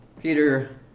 Peter